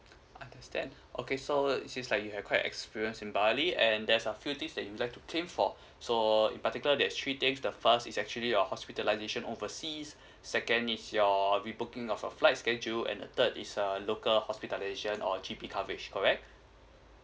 understand okay so it seems like you have quite an experience in bali and there's a few things that you would like to claim for so in particular that's three things the first is actually your hospitalization overseas second is your rebooking of a flight schedule and the third is a a local hospitalization or G_P coverage correct